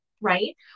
right